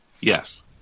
Yes